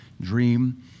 dream